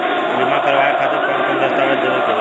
बीमा करवाए खातिर कौन कौन दस्तावेज़ देवे के होई?